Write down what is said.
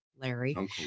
Larry